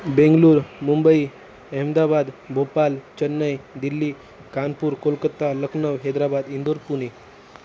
Bangalore Mumbai Ahmedabad Bhopal Chennai Delhi Kanpur Kolkata Lucknow Hyderabad Indore Pune